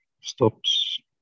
stops